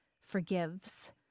forgives